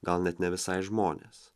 gal net ne visai žmonės